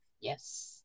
Yes